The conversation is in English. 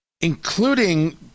including